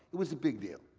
it was a big deal,